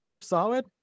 solid